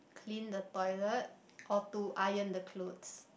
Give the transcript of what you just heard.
clean the toilet or to iron the clothes